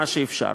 מה שאפשר.